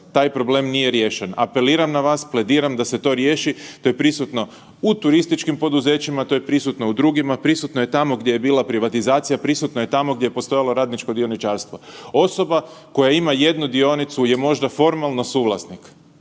taj problem nije riješen. Apeliram na vas, plediram da se to riješi to je prisuto u turističkim poduzećima, to je prisutno u drugima, prisutno je tamo gdje je bila privatizacija, prisutno je tamo gdje postojalo radničko dioničarstvo. Osoba koja ima jednu dionicu je možda formalno suvlasnik,